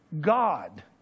God